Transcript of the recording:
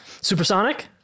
Supersonic